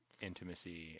intimacy